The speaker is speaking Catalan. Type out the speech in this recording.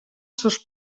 sos